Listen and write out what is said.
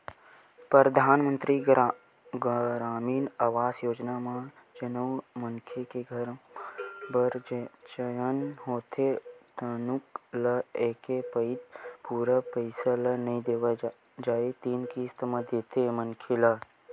परधानमंतरी गरामीन आवास योजना म जउन मनखे के घर बर चयन होथे तउन ल एके पइत पूरा पइसा ल नइ दे जाए तीन किस्ती म देथे मनखे ल